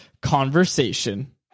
Conversation